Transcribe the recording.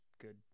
good